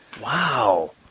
Wow